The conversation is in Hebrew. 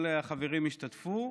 כל החברים השתתפו,